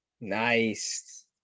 Nice